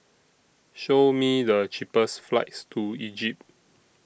Show Me The cheapest flights to Egypt